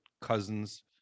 Cousins